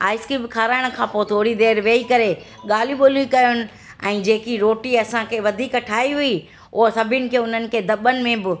ice cream खाराइण खां पोइ थोरी देरि वेही करे ॻाल्हियूं ॿोलियूं कनि ऐं जेकी रोटी असांखे वधीक ठाही हुई उहो सभिनि खे उन्हनि खे दॿनि में बि